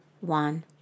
one